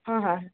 হয় হয়